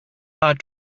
hard